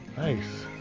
nice.